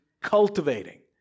cultivating